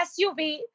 SUV